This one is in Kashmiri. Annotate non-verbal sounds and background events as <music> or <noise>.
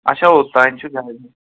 اچھا اوٚتام چھُ <unintelligible>